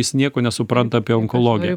jis nieko nesupranta apie onkologiją